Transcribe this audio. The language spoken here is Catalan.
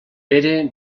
pere